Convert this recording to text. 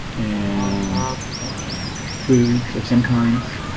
and foods of some kinds